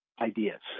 Ideas